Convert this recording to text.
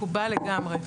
מקובל לגמרי.